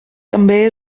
també